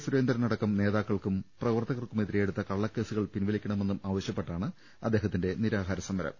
സുരേന്ദ്രനടക്കം നേതാക്കൾക്കും പ്രവർത്തകർക്കുമെ തിരെ എടുത്ത കള്ളക്കേസുകൾ പിൻവലിക്കണമെന്നും ആവശ്യപ്പെട്ടാണ് അദ്ദേഹത്തിന്റെ നിരാഹാരസമരം